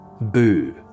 Boo